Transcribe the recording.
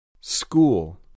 School